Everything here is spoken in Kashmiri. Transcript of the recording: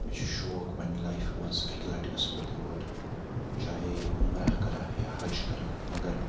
مےٚ چھُ شوق پَنٛنہِ لایِفہِ منٛز اَکہِ لَٹہِ گژھٕ بہٕ طور چاہے عُمرہ کرٕہا یا حج کرٕہا تہٕ مگر